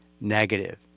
negative